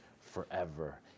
forever